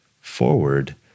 forward